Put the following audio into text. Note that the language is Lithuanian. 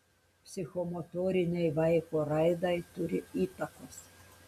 psichomotorinei vaiko raidai turi įtakos